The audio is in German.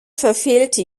verfehlte